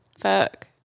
Fuck